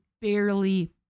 barely